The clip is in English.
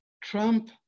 Trump